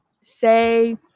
say